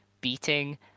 beating